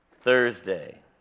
Thursday